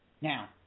Now